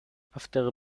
after